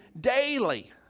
daily